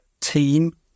team